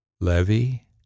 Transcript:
Levy